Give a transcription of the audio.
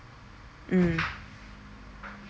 mm